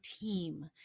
team